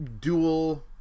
dual